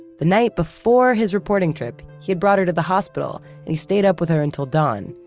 the night before his reporting trip, he had brought her to the hospital and he stayed up with her until dawn.